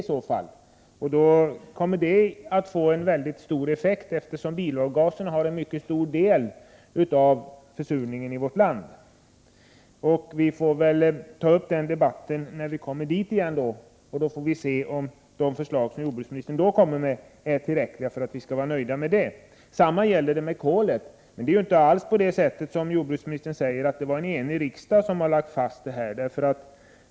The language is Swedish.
En sådan skärpning kommer att få en mycket stor effekt, eftersom bilavgaserna svarar för en mycket betydande del av försurningen i vårt land. Vi får aktualisera den debatten när vi kommer dit. Vi får se om de förslag som jordbruksministern då kommer med är tillräckliga för att vi skall vara nöjda. Samma sak gäller för kolet. Det var inte alls, som jordbruksministern säger, en enig riksdag som lade fast dessa regler.